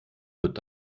wird